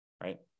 right